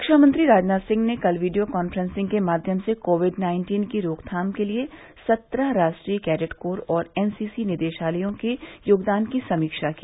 रक्षा मंत्री राजनाथ सिंह ने कल वीडियो कांफ्रेंस के माध्यम से कोविड नाइन्टीन की रोकथाम के लिए सत्रह राष्ट्रीय कैडेट कोर और एनसीसी निदेशालयों के योगदान की समीक्षा की